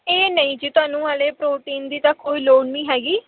ਇਹ ਨਹੀਂ ਜੀ ਤੁਹਾਨੂੰ ਹਜੇ ਪ੍ਰੋਟੀਨ ਦੀ ਤਾਂ ਕੋਈ ਲੋੜ ਨਹੀਂ ਹੈਗੀ